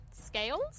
scales